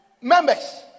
members